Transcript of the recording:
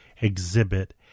exhibit